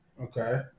Okay